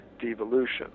devolution